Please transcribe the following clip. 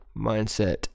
Mindset